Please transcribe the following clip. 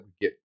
get